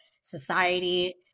society